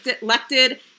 elected